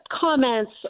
comments